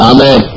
Amen